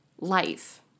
life